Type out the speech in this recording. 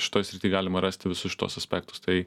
šitoj srity galima rasti visus šituos aspektus tai